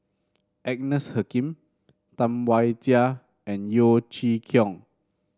Agnes Joaquim Tam Wai Jia and Yeo Chee Kiong